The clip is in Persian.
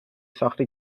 ساخت